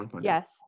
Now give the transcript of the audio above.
Yes